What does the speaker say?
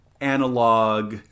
analog